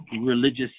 religious